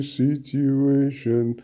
situation